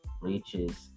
reaches